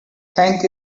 thank